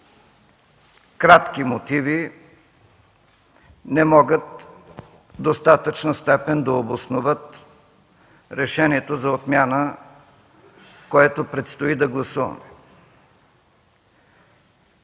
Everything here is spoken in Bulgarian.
кратки мотиви не могат в достатъчна степен да обосноват решението за отмяна, което предстои да гласуваме.